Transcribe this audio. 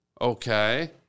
Okay